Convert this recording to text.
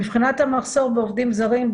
מבחינת המחסור בעובדים זרים,